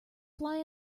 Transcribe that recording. fly